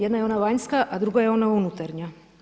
Jedna je ona vanjska a drugo je ona unutarnja.